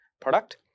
product